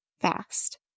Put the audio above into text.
fast